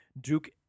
Duke